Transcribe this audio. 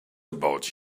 about